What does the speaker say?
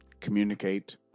communicate